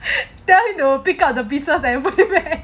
tell him to pick up the pieces eh